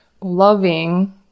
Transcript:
loving